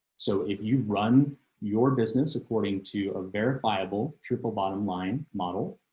so if you run your business. according to a verifiable triple bottom line model,